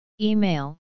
Email